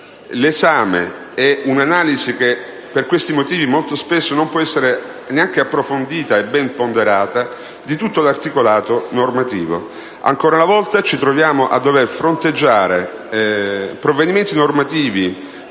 l'esame e un'analisi, che per questi motivi molto spesso non può essere neanche approfondita e ben ponderata, di tutto l'articolato normativo. Ancora una volta ci troviamo a dover fronteggiare provvedimenti normativi,